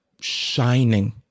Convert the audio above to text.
Shining